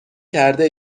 کرده